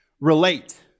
relate